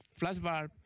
Flashbar